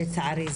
לצערי,